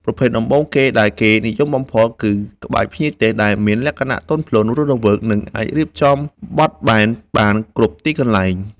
ប្រភេទដំបូងដែលគេនិយមបំផុតគឺ ក្បាច់ភ្ញីទេស ដែលមានលក្ខណៈទន់ភ្លន់ រស់រវើក និងអាចរៀបចំបត់បែនបានគ្រប់ទីតាំង។